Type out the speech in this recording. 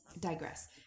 digress